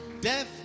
death